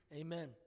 Amen